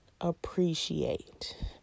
appreciate